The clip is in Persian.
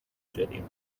شدیم